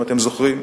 אם אתם זוכרים,